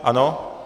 Ano?